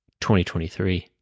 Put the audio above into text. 2023